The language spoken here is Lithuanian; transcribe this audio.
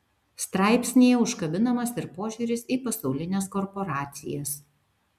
straipsnyje užkabinamas ir požiūris į pasaulines korporacijas